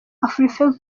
afrifame